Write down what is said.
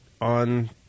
on